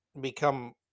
become